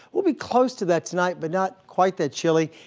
we'll be close to that tonight but not quite that chilly.